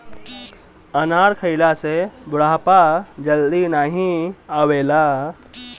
अनार खइला से बुढ़ापा जल्दी नाही आवेला